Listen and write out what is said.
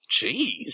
Jeez